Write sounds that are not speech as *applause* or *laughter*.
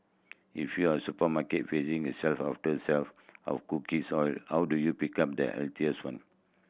if you are supermarket facing a shelf after shelf of *unintelligible* oil how do you pick up the healthiest one